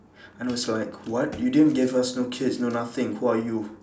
and also like what you didn't give us no keys no nothing who are you